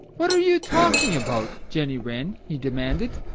what are you talking about, jenny wren? he demanded.